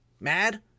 Mad